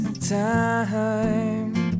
time